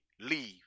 leave